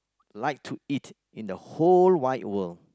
like to eat in the whole wide world